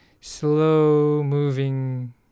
slow-moving